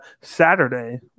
Saturday